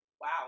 Wow